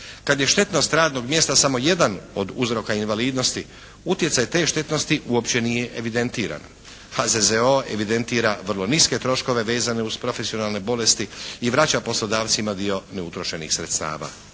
Kad je štetnost radnog mjesta samo jedan od uzroka invalidnosti utjecaj te štetnosti uopće nije evidentiran. HZZO evidentira vrlo niske troškove vezane uz profesionalne bolesti i vraća poslodavcima dio neutrošenih sredstava.